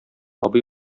абый